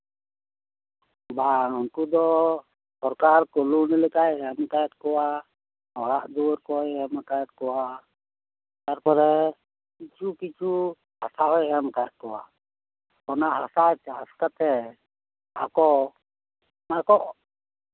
ᱵᱟᱝ ᱩᱱᱠᱩ ᱫᱚ ᱥᱚᱨᱠᱟᱨ ᱠᱩᱲᱟᱹᱭ ᱞᱮᱠᱟᱭ ᱮᱢ ᱠᱟᱜ ᱠᱚᱣᱟ ᱚᱲᱟᱜ ᱫᱩᱣᱟᱹᱨ ᱠᱚᱭ ᱮᱢ ᱠᱟᱜ ᱠᱚᱣᱟ ᱛᱟᱨᱯᱚᱨᱮ ᱠᱤᱪᱷᱩ ᱠᱤᱪᱷᱩ ᱦᱟᱥᱟ ᱦᱚᱭ ᱮᱢ ᱠᱟᱜ ᱠᱚᱣᱟ ᱚᱱᱟ ᱦᱟᱥᱟ ᱪᱟᱥ ᱠᱟᱛᱮᱜ ᱟᱠᱚ ᱢᱟᱱᱮ ᱟᱠᱚ